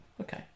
okay